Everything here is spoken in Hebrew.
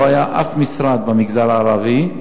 לא היה אף משרד במגזר הערבי,